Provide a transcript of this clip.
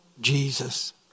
Jesus